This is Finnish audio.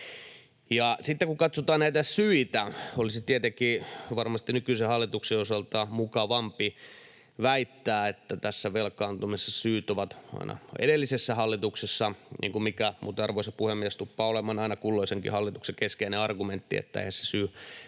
Sitten kun katsotaan näitä syitä, niin olisi tietenkin varmasti nykyisen hallituksen osalta mukavampi väittää, että tässä velkaantumisessa syyt ovat aina edellisessä hallituksessa — mikä muuten, arvoisa puhemies, tuppaa olemaan aina kulloisenkin hallituksen keskeinen argumentti, että eihän se syy